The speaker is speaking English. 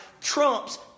trumps